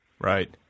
Right